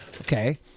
Okay